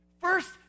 First